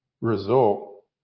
result